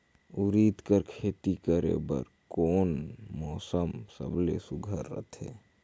उरीद कर खेती करे बर कोन मौसम सबले सुघ्घर रहथे?